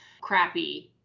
crappy